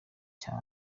cya